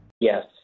Yes